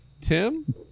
Tim